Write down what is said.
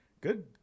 good